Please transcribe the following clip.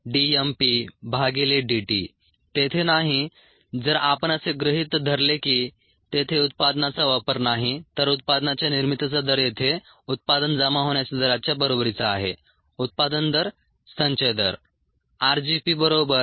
rgP rcPddt तेथे नाही जर आपण असे गृहीत धरले की तेथे उत्पादनाचा वापर नाही तर उत्पादनाच्या निर्मितीचा दर येथे उत्पादन जमा होण्याच्या दराच्या बरोबरीचा आहे उत्पादन दर संचय दर